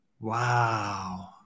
Wow